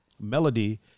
Melody